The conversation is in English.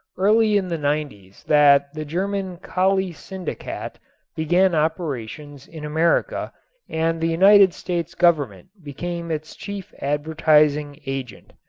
early in the nineties that the german kali syndikat began operations in america and the united states government became its chief advertising agent.